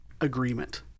agreement